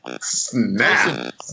snap